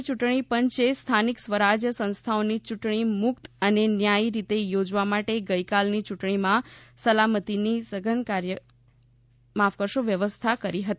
રાજ્ય યૂંટણી પંચે સ્થાનિક સ્વરાજ્ય સંસ્થાઓની યૂંટણી મુક્ત અને ન્યાયી રીતે યોજવા માટે ગઈકાલની યૂંટણીમાં સલામતીની સઘન વ્યવસ્થા કરી હતી